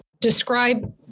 Describe